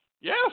Yes